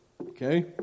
Okay